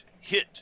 hit